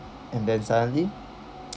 and then suddenly